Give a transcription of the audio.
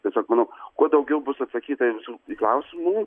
tiesiog manau kuo daugiau bus atsakyta visų klausimų